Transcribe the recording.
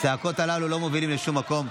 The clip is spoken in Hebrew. הצעקות הללו לא מובילות לשום מקום.